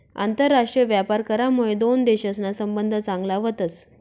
आंतरराष्ट्रीय व्यापार करामुये दोन देशसना संबंध चांगला व्हतस